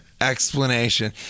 explanation